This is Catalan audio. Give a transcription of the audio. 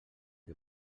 que